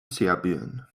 serbien